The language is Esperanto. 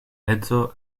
edzo